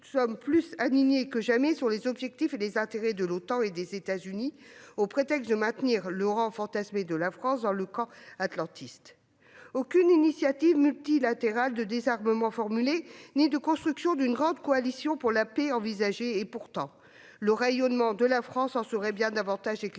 nous sommes plus alignés que jamais sur les objectifs et les intérêts de l'Otan et des États-Unis, au prétexte de maintenir le « rang » fantasmé de la France dans le camp atlantiste ? Aucune initiative multilatérale de désarmement n'est formulée, et la construction d'une grande coalition pour la paix n'est pas envisagée. Pourtant, le rayonnement de la France en serait bien davantage éclatant.